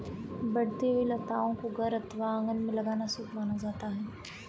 बढ़ती हुई लताओं को घर अथवा आंगन में लगाना शुभ माना जाता है